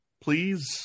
please